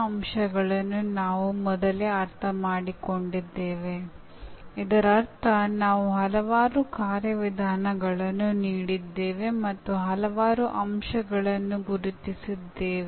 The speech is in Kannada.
ಹಿಂದಿನ ಘಟಕದಲ್ಲಿ ನಾವು ಶಿಕ್ಷಣ ಮತ್ತು ಬೋಧನೆ ಎಂಬ ಪದಗಳನ್ನು ನೋಡಿದ್ದೇವೆ